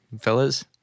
fellas